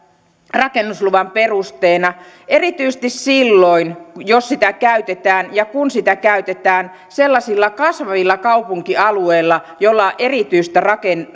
rakennusluvan perusteena erityisesti silloin jos sitä käytetään ja kun sitä käytetään sellaisilla kasvavilla kaupunkialueilla joilla on erityistä